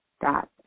dot